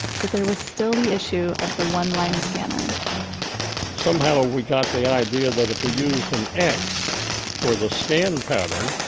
but there was still the issue of the one-line scanner somehow we got the idea that if we use an x for the scan pattern